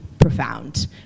profound